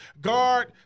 guard